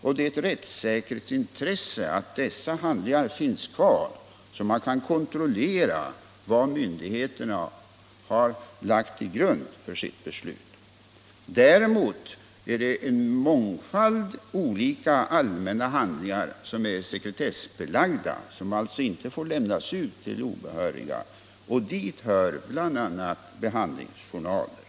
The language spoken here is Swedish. Det är ett rättssäkerhetsintresse att de handlingarna finns kvar, så att man kan kontrollera vad myndigheterna har haft som grund för sitt beslut. Men det är en mångfald olika allmänna handlingar som är sekre tessbelagda och som alltså inte får lämnas ut till obehöriga. Och dit hör — Nr 73 bl.a. behandlingsjournaler.